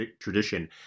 tradition